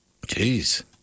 Jeez